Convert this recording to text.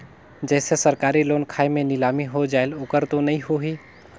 जैसे सरकारी लोन खाय मे नीलामी हो जायेल ओकर तो नइ होही?